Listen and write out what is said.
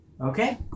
Okay